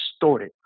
distorted